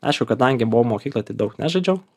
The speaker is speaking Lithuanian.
aišku kadangi buvau mokykloj tai daug nežaidžiau